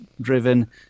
driven